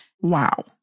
Wow